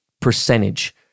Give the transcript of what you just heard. percentage